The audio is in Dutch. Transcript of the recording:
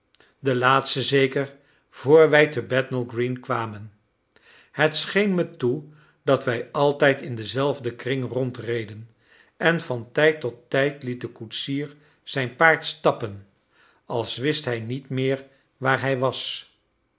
de laatste zeker vr wij te bethnal green kwamen het scheen me toe dat wij altijd in denzelfden kring rondreden en van tijd tot tijd liet de koetsier zijn paard stappen als wist hij niet meer waar hij was